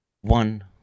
One